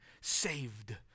saved